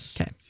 okay